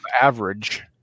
average